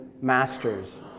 masters